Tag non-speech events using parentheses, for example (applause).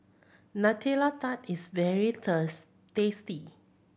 Nutella Tart is very (unintelligible) tasty